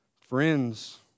friends